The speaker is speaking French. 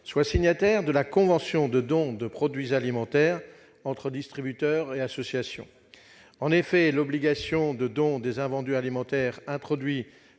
seront signataires de la convention de dons de produits alimentaires entre distributeurs et associations. En effet, l'obligation de don des invendus alimentaires introduite